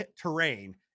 terrain